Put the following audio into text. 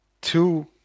two